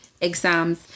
exams